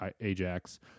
Ajax